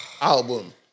album